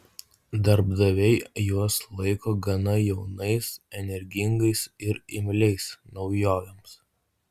darbdaviai juos laiko gana jaunais energingais ir imliais naujovėms